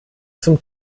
zum